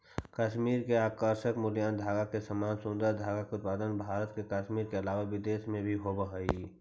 कश्मीर के आकर्षक मुलायम धागा के समान सुन्दर धागा के उत्पादन भारत के कश्मीर के अलावा विदेश में भी होवऽ हई